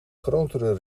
grotere